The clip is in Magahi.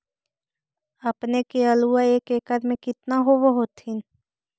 अपने के आलुआ एक एकड़ मे कितना होब होत्थिन?